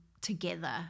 together